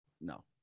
no